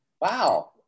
Wow